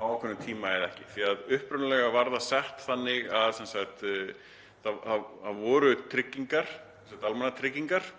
á ákveðnum tíma eða ekki, því að upprunalega var það sett þannig að það voru tryggingar, almannatryggingar,